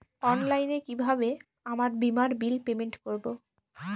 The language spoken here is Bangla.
অনলাইনে কিভাবে আমার বীমার বিল পেমেন্ট করবো?